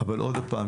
אבל עוד פעם,